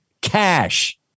Cash